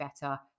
better